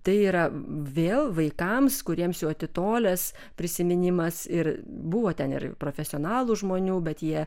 tai yra vėl vaikams kuriems jau atitolęs prisiminimas ir buvo ten ir profesionalų žmonių bet jie